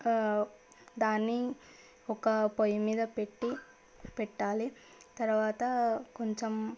దాన్ని ఒక పొయ్యి మీద పెట్టి పెట్టాలి తరువాత కొంచెం